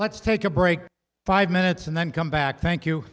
let's take a break five minutes and then come back thank you